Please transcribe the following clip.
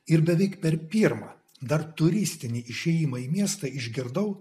ir beveik per pirmą dar turistinį išėjimą į miestą išgirdau